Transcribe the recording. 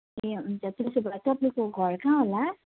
ए हुन्छ त्यसो भए तपाईँको घर कहाँ होला